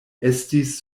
estis